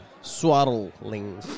swaddling